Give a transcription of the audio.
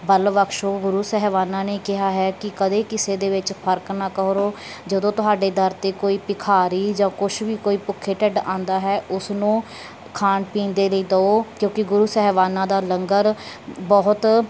ਬਲ ਬਖਸ਼ੋ ਗੁਰੂ ਸਾਹਿਬਾਨਾਂ ਨੇ ਕਿਹਾ ਹੈ ਕਿ ਕਦੇ ਕਿਸੇ ਦੇ ਵਿੱਚ ਫ਼ਰਕ ਨਾ ਕਰੋ ਜਦੋਂ ਤੁਹਾਡੇ ਦਰ 'ਤੇ ਕੋਈ ਭਿਖਾਰੀ ਜਾਂ ਕੁਛ ਵੀ ਕੋਈ ਭੁੱਖੇ ਢਿੱਡ ਆਉਂਦਾ ਹੈ ਉਸ ਨੂੰ ਖਾਣ ਪੀਣ ਦੇ ਲਈ ਦਿਓ ਕਿਉਂਕਿ ਗੁਰੂ ਸਾਹਿਬਾਨਾਂ ਦਾ ਲੰਗਰ ਬਹੁਤ